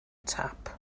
tap